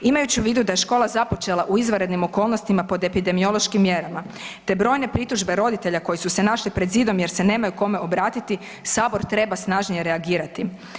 Imajući u vidu da je škola započela u izvanrednim okolnostima pod epidemiološkim mjerama te brojne pritužbe roditelja koji su se našli pred zidom jer se nemaju kome obratiti Sabor treba snažnije reagirati.